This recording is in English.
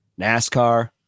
NASCAR